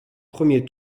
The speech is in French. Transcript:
premier